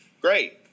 great